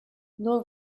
nur